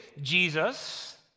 Jesus